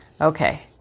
Okay